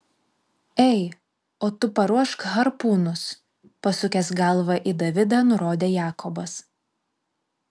ei o tu paruošk harpūnus pasukęs galvą į davidą nurodė jakobas